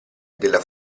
della